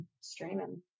streaming